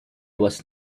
was